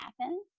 happen